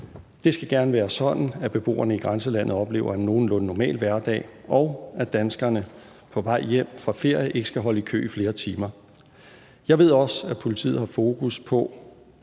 Det skal gerne være sådan, at beboere i grænselandet oplever en nogenlunde normal hverdag, og at danskerne på vej hjem fra ferie ikke skal holde i kø i flere timer. Jeg ved også, at politiet har fokus på